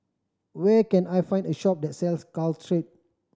where can I find a shop that sells Caltrate